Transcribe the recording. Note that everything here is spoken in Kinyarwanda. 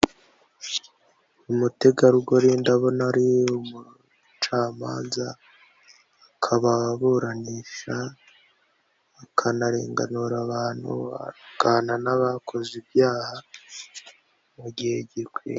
Umutegarugori ndabona ari umucamanza akaba aburanisha akanarenganura abantu agahana n'abakoze ibyaha mu gihe gikwiye.